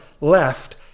left